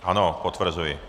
Ano, potvrzuji.